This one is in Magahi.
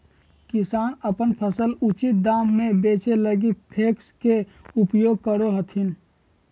किसान अपन फसल उचित दाम में बेचै लगी पेक्स के उपयोग करो हथिन